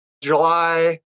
July